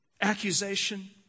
accusation